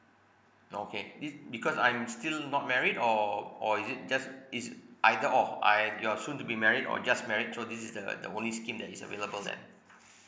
okay it because I'm still not married or or is it just is either or I am you're soon to be married or just married so this is the the only scheme that is available then